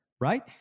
Right